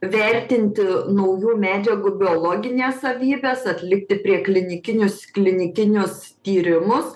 vertinti naujų medžiagų biologines savybes atlikti prie klinikinius klinikinius tyrimus